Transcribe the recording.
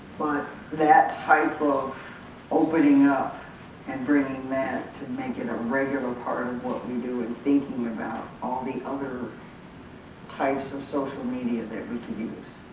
but that type of opening up and bringing that to make it a regular part of what we do and thinking about all the other types of social media that we can use.